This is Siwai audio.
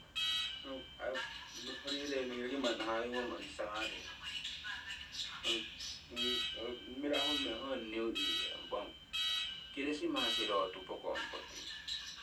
holiday ningii roki manni hayeu ngong sarere, mirahumeng ong niu year. Impah ong kirisimasi rotu pookong poti,